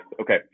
okay